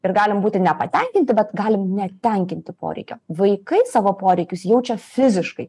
ir galim būti nepatenkinti bet galim netenkinti poreikio vaikai savo poreikius jaučia fiziškai